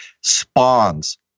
spawns